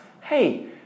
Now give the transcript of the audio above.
Hey